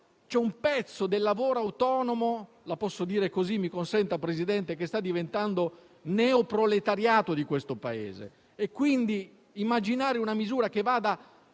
C'è un pezzo del lavoro autonomo - la posso dire così, mi consenta, signor Presidente - che sta diventando neoproletariato di questo Paese e quindi immaginare una misura che vada